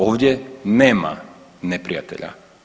Ovdje nema neprijatelja.